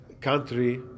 country